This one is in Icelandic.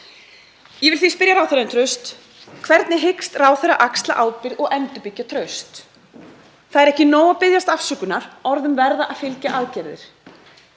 Ég vil því spyrja ráðherra um traust: Hvernig hyggst ráðherra axla ábyrgð og endurbyggja traust? Það er ekki nóg að biðjast afsökunar, orðum verða að fylgja aðgerðir.